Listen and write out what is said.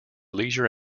leisure